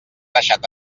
deixat